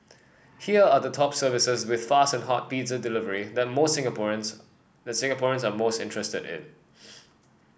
here are the top services with fast and hot pizza delivery that most Singaporeans that Singaporeans are most interested in